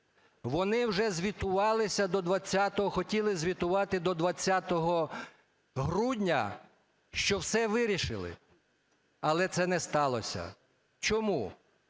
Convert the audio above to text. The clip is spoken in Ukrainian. хотіли звітувати до 20 грудня, що все вирішили. Але це не сталося. Чому?